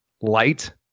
light